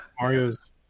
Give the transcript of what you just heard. Mario's